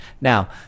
Now